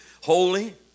holy